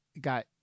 got